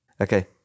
Okay